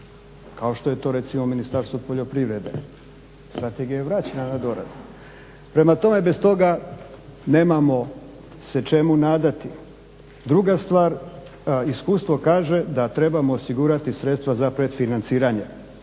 kao što je to recimo Ministarstvo poljoprivrede, strategija je vraćena na doradu. Prema tome bez toga nemamo se čemu nadati. Druga stvar, iskustvo kaže da trebamo osigurati sredstva za predfinanciranje,